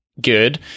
good